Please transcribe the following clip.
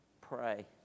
Pray